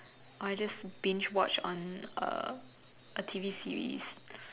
or I just binge watch on a a T_V series